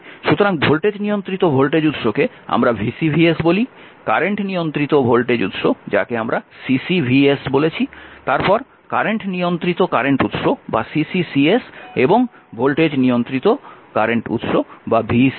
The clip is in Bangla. সুতরাং ভোল্টেজ নিয়ন্ত্রিত ভোল্টেজ উৎসকে আমরা VCVS বলি কারেন্ট নিয়ন্ত্রিত ভোল্টেজ উৎস যাকে আমরা ইতিমধ্যেই CCVS বলেছি তারপর কারেন্ট নিয়ন্ত্রিত কারেন্ট উৎস বা CCCS এবং ভোল্টেজ নিয়ন্ত্রিত কারেন্ট উৎস বা VCCS